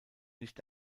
nicht